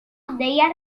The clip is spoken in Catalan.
deia